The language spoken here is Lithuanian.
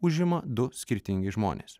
užima du skirtingi žmonės